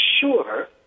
sure